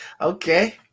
Okay